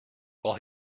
while